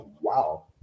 wow